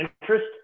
interest